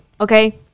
okay